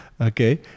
okay